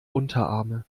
unterarme